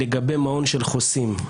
לגבי מעון של חוסים,